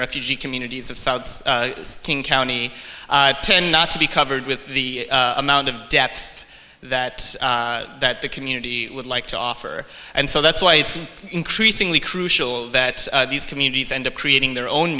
refugee communities of south king county tend not to be covered with the amount of depth that the community would like to offer and so that's why it's increasingly crucial that these communities end up creating their own